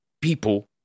people